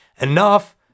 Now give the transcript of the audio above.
enough